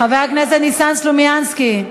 חבר הכנסת ניסן סלומינסקי,